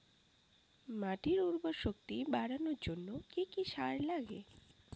মাটির উর্বর শক্তি বাড়ানোর জন্য কি কি সার লাগে?